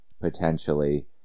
potentially